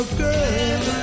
girl